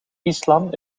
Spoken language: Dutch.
islam